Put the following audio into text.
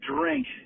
drink